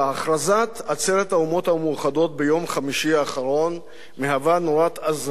הכרזת עצרת האומות המאוחדות ביום חמישי האחרון מהווה נורת אזהרה